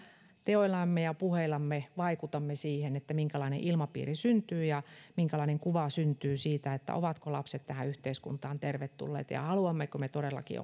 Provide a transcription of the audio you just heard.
teoillamme ja puheillamme vaikutamme siihen minkälainen ilmapiiri syntyy ja minkälainen kuva syntyy siitä ovatko lapset tähän yhteiskuntaan tervetulleet ja haluammeko me todellakin